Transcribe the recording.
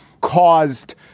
caused